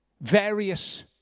various